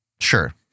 Sure